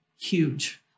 huge